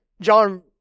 John